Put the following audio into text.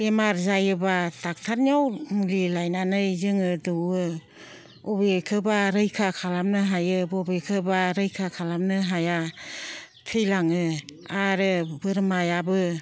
बेमार जायोबा दक्ट'रनियाव मुलि लायनानै जोङो दौवो बबेखौबा रैखा खालामनो हायो बबेखौबा रैखा खालामनो हाया थैलाङो आरो बोरमायाबो